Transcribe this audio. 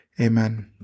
Amen